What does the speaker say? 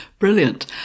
Brilliant